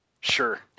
Sure